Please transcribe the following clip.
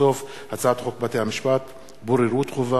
הצעת חוק בתי-המשפט (בוררות חובה)